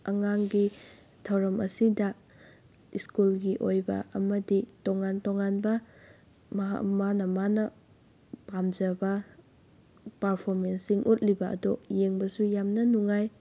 ꯑꯉꯥꯡꯒꯤ ꯊꯧꯔꯝ ꯑꯁꯤꯗ ꯁ꯭ꯀꯨꯜꯒꯤ ꯑꯣꯏꯕ ꯑꯃꯗꯤ ꯇꯣꯉꯥꯟ ꯇꯣꯉꯥꯟꯕ ꯃꯥꯅ ꯃꯥꯅ ꯄꯥꯝꯖꯕ ꯄꯥꯔꯐꯣꯃꯦꯟꯁꯤꯡ ꯎꯠꯂꯤꯕ ꯑꯗꯨ ꯌꯦꯡꯕꯁꯨ ꯌꯥꯝꯅ ꯅꯨꯡꯉꯥꯏ